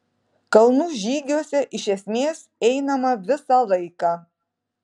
kalnų žygiuose iš esmės einama visą laiką